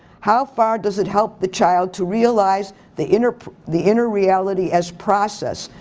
how far does it help the child to realize the inner the inner reality as process,